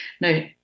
Now